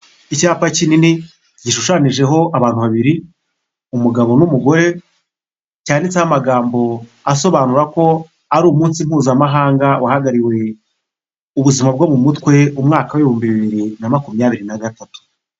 Icyapa kinini gishushanyijeho abantu babiri, umugabo n'umugore, cyanditseho amagambo asobanura ko ari umunsi mpuzamahanga wahagarariwe ubuzima bwo mu mutwe mu umwaka w'ibihumbi bibiri na makumyabiri na gatatu.